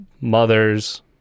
mothers